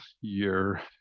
year